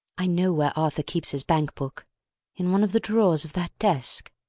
i know where arthur keeps his bank book in one of the drawers of that desk.